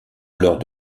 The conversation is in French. alors